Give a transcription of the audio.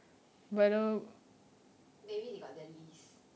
maybe they got the lease